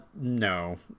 No